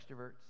extroverts